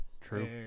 True